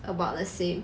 about the same